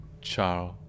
Charles